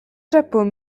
chapeau